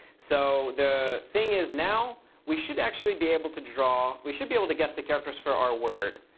so the thing is now we should actually be able to draw we should be able to guess the characters for our word.